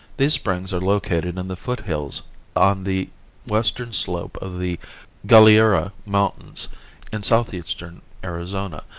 these springs are located in the foothills on the western slope of the galiura mountains in southeastern arizona,